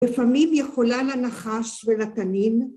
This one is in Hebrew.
לפעמים יכולה לנחש ולתנים.